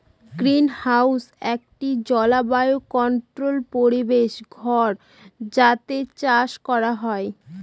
greenhouse একটি জলবায়ু controlled পরিবেশ ঘর যাতে চাষ করা হয়